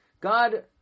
God